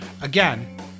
Again